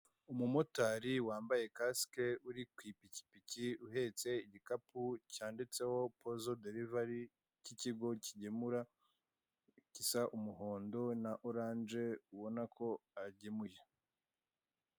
Umumotari wambaye kasike uri ku ipikipiki uhetse igikapu cyanditseho pozo delivari, cy'ikigo kigemura gisa umuhondo na oranje ubona ko agemuye.